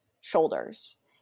shoulders